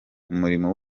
umurimo